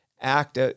act